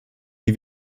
die